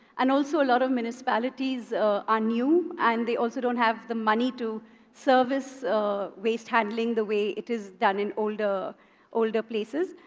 and, also, a lot of municipalities are new, and they also don't have the money to service so waste handling the way it is done in older older places.